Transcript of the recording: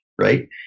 Right